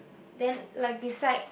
then like beside